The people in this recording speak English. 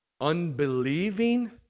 unbelieving